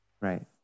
Right